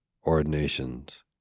ordinations